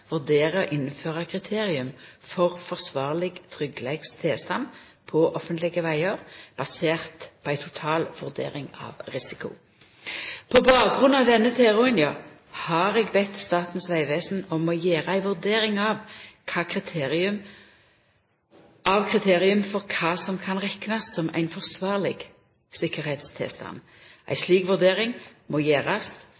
å innføra kriterium for forsvarleg tryggleikstilstand på offentlege vegar, basert på ei total vurdering av risiko. På bakgrunn av denne tilrådinga har eg bede Statens vegvesen om å gjera ei vurdering av kriterium for kva som kan reknast som ein forsvarleg tryggleikstilstand. Ei